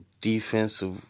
defensive